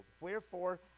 Wherefore